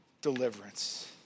deliverance